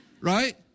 Right